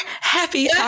happy